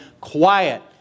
quiet